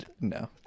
No